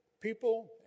people